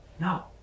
No